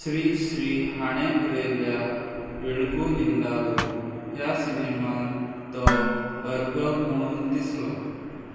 श्री श्री हाणें बरयल्या वेळगू निंडालू ह्या सिनेमांत तो अर्बक म्हणून दिसलो